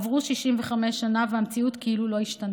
עברו 65 שנה, והמציאות כאילו לא השתנתה.